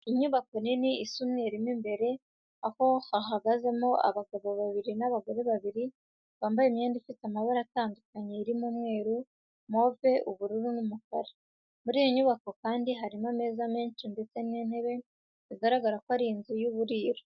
Inyubako nini isa umweru mo imbere, aho hahagazemo abagabo babiri n'abagore babiri bambaye imyenda ifite amabara atandukanye arimo umweru, move, ubururu n'umukara. Muri iyo nyubako kandi harimo ameza menshi ndetse n'intebe, bigaragara ko ari mu nzu y'uburiro.